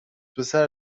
پسر